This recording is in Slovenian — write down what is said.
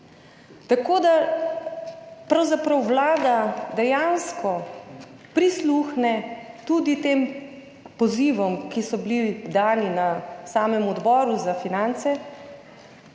Tako da pravzaprav Vlada dejansko prisluhne tudi tem pozivom, ki so bili dani na samem Odboru za finance,